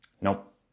Nope